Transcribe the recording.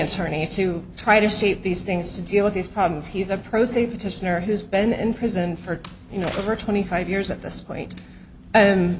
attorney to try to see these things to deal with these problems he's a pro se petitioner who's been in prison for you know over twenty five years at this point